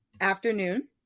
afternoon